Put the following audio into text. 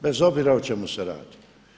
Bez obzira o čemu se radi.